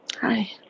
Hi